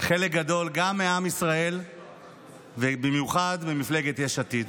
חלק גדול, גם מעם ישראל ובמיוחד ממפלגת יש עתיד.